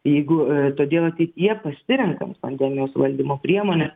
jeigu todėl ateityje pasirenkant pandemijos valdymo priemones